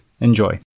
Enjoy